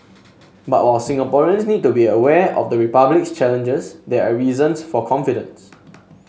but while Singaporeans need to be aware of the Republic's challenges there are reasons for confidence